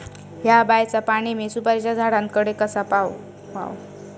हया बायचा पाणी मी सुपारीच्या झाडान कडे कसा पावाव?